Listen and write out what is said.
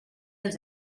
els